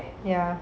ya